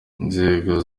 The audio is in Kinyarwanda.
inzego